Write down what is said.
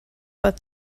but